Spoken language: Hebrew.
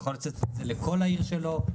הוא יכול לעשות את זה לכל העיר שלו,